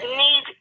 need